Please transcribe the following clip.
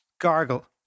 Gargle